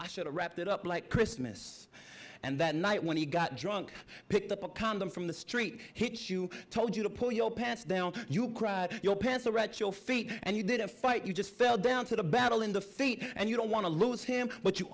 i should have wrapped it up like christmas and that night when he got drunk picked up a condom from the street hit you told you to pull your pants down you cried your parents are at your feet and you didn't fight you just fell down to the battle in the feet and you don't want to lose him but you